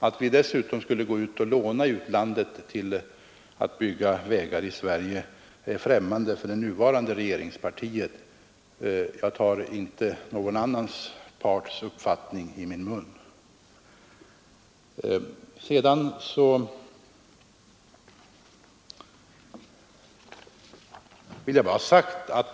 Att vi dessutom skulle låna i utlandet för att bygga vägar i Sverige är främmande för det nuvarande regeringspartiet — jag tar inte någon annan parts uppfattning i min mun.